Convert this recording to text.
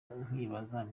nkibaza